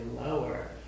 lower